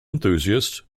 enthusiasts